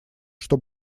что